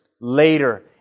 later